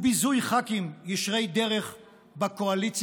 הוא ביזוי ח"כים ישרי דרך בקואליציה.